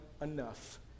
enough